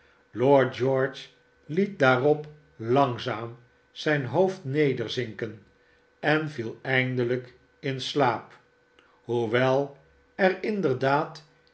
lord george liet daarop langzaam zijn hoofd nederzinken en viel eindelijk in slaap hoewel er inderdaad